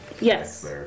Yes